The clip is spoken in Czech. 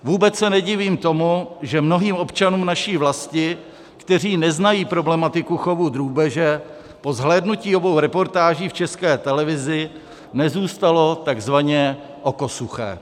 Vůbec se nedivím tomu, že mnohým občanům naší vlasti, kteří neznají problematiku chovu drůbeže, po zhlédnutí obou reportáží v České televizi nezůstalo takzvaně oko suché.